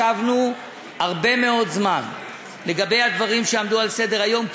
ישבנו הרבה מאוד זמן לגבי הדברים שעמדו על סדר-היום,